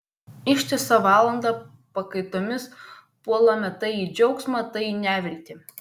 ištisą valandą pakaitomis puolame tai į džiaugsmą tai į neviltį